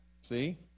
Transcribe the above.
See